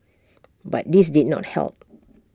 but this did not help